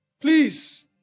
please